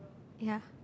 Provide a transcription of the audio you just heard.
ya